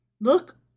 Look